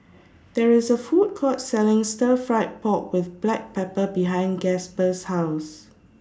There IS A Food Court Selling Stir Fried Pork with Black Pepper behind Gasper's House